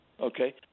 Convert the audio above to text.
Okay